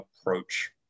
approach